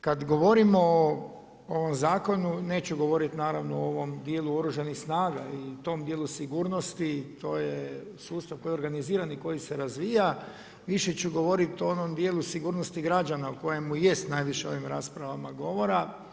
Kada govorimo o ovom zakonu, neću govoriti naravno o ovom dijelu Oružanih snaga i tom dijelu sigurnosti, to je sustav koji je organizirani i koji se razvija, više ću govoriti o onom dijelu sigurnosti građana u kojemu jest najviše u ovim raspravama govora.